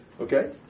Okay